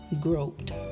groped